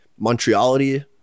Montreality